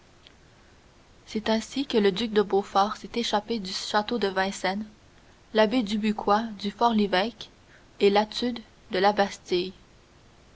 c'est ainsi que le duc de beaufort s'est échappé du château de vincennes l'abbé dubuquoi du fort lévêque et latude de la bastille